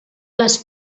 les